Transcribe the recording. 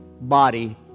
body